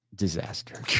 disaster